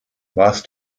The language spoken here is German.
warst